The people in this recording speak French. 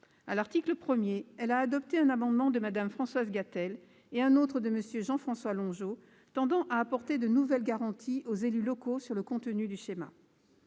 À l'article 1, elle a adopté un amendement de Mme Françoise Gatel et un autre de M. Jean-François Longeot tendant à apporter de nouvelles garanties aux élus locaux sur le contenu du schéma.